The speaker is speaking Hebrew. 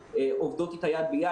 עובדות אִתה יד ביד.